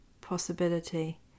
possibility